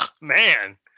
Man